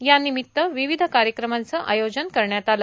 यानिमित्त विविध कार्यक्रमाचं आयोजन करण्यात आलं